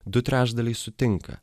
du trečdaliai sutinka